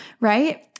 right